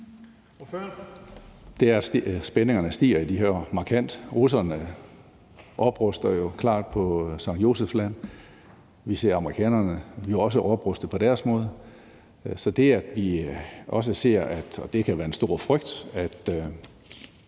Det er, at spændingerne stiger markant i de her år. Russerne opruster jo klart på Franz Josefs land. Vi ser amerikanerne jo også opruste på deres måde. Så er der det, at vi også ser, og det kan jo være en stor frygt, at